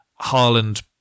Haaland